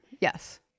Yes